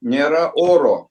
nėra oro